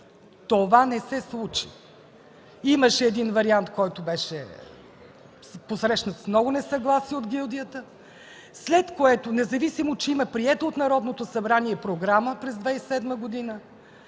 Това не се случи. Имаше един вариант, който беше посрещнат с много несъгласие от гилдията, след което, независимо че има приета от Народното събрание програма през 2007 г.,